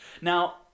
Now